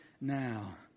now